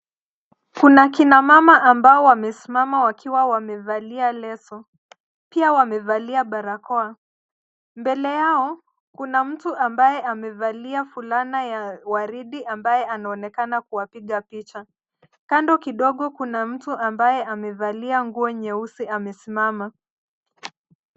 Kuna kina mama wamesimama wakiwa wamevalia barakoa, mbele yao kuna mtu ambaye amevalia fulana ya waridi ambaye anaonekana kuwapiga picha. Kando kidogo kuna mtu ambaye amevalia nguo nyeusi amesimama.